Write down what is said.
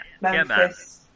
Memphis